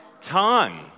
tongue